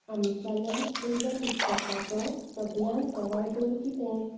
आमिशाल्या पयल्या पुस्तकाचो सगळ्यांत सवाय दर कितें